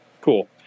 Cool